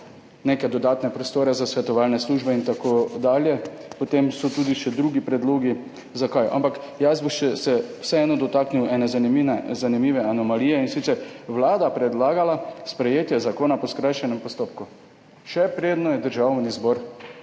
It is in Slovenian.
neke dodatne prostore za svetovalne službe in tako dalje. Potem so tudi še drugi predlogi. Zakaj? Ampak jaz bi se vseeno dotaknil ene zanimive anomalije, in sicer da je Vlada predlagala sprejetje zakona po skrajšanem postopku, še preden je Državni zbor